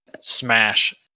smash